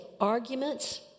arguments